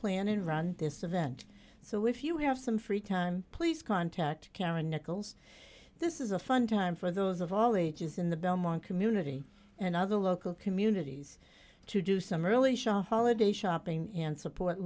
and run this event so if you have some free time please contact karen nichols this is a fun time for those of all ages in the belmont community and other local communities to do some really shot holiday shopping and support